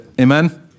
amen